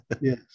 yes